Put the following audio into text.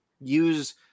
use